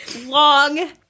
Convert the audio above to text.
long